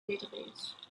database